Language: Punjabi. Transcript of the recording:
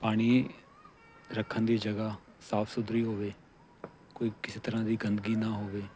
ਪਾਣੀ ਰੱਖਣ ਦੀ ਜਗ੍ਹਾ ਸਾਫ਼ ਸੁਥਰੀ ਹੋਵੇ ਕੋਈ ਕਿਸੇ ਤਰ੍ਹਾਂ ਦੀ ਗੰਦਗੀ ਨਾ ਹੋਵੇ